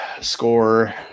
score